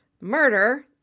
murder